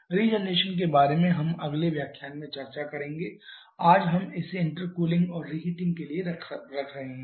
regeneration के बारे में हम अगले व्याख्यान में चर्चा करेंगे आज हम इसे इंटरकूलिंग और रिहीटिंग के लिए रख रहे हैं